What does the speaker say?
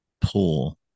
pull